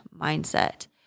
mindset